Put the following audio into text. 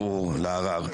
לערר: